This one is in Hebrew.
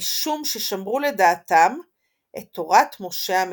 משום ששמרו לדעתם את תורת משה המקורית.